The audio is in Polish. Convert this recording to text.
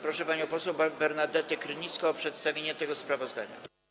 Proszę panią poseł Bernadetę Krynicką o przedstawienie tego sprawozdania.